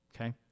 okay